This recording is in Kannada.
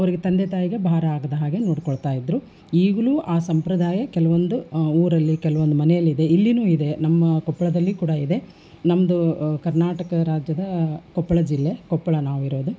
ಅವರಿಗೆ ತಂದೆ ತಾಯಿಗೆ ಭಾರ ಆಗದ ಹಾಗೆ ನೋಡಿಕೊಳ್ತಾ ಇದ್ದರು ಈಗಲೂ ಆ ಸಂಪ್ರದಾಯ ಕೆಲವೊಂದು ಊರಲ್ಲಿ ಕೆಲವೊಂದು ಮನೆಯಲ್ಲಿದೆ ಇಲ್ಲಿನೂ ಇದೆ ನಮ್ಮ ಕೊಪ್ಪಳದಲ್ಲಿ ಕೂಡ ಇದೆ ನಮ್ಮದು ಕರ್ನಾಟಕ ರಾಜ್ಯದ ಕೊಪ್ಪಳ ಜಿಲ್ಲೆ ಕೊಪ್ಪಳ ನಾವಿರೋದು